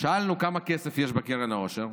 שאלנו כמה כסף יש בקרן העושר,